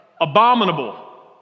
abominable